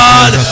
God